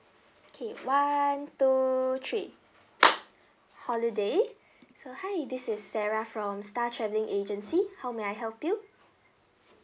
okay one two three holiday so hi this is sarah from star travelling agency how may I help you